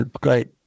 great